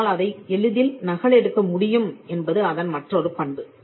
ஆனால் அதை எளிதில் நகலெடுக்க முடியும் என்பது அதன் மற்றொரு பண்பு